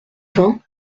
vingts